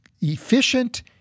efficient